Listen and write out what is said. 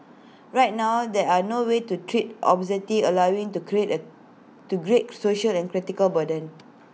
right now there are no way to treat obesity allowing IT to create A to great social and clinical burden